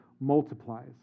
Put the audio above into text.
multiplies